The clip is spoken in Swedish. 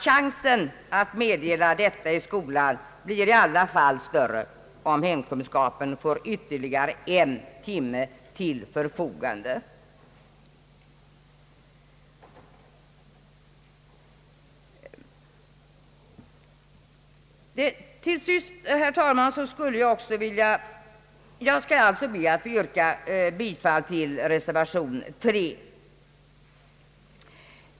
Chansen att meddela denna undervisning i skolan blir i alla fall större, om hemkunskapen får ytterligare en veckotimme till förfogande. Jag skall alltså be att få yrka bifall till reservation 3.